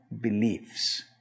beliefs